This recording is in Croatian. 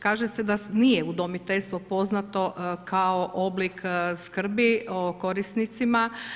Kaže se da nije udomiteljstvo poznato kao oblik skrbi korisnicima.